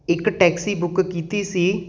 ਇੱਕ taxi book ਕੀਤੀ ਸੀ